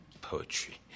Poetry